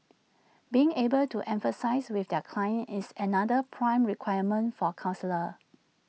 being able to empathise with their clients is another prime requirement for counsellors